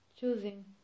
choosing